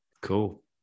cool